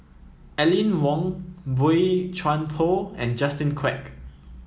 Aline Wong Boey Chuan Poh and Justin Quek